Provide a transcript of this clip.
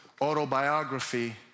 autobiography